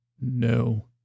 No